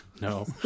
No